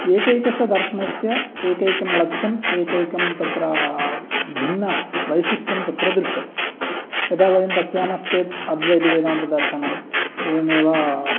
एकैकस्य दर्शनस्य एकैकं लक्ष्यम् एकैकं तत्र भिन्नवैशिष्ट्यं तत्र दृश्यते यदा वयं पश्यामश्चेत् अद्वैतवेदान्तदर्शनम् एवमेव